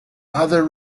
other